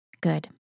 good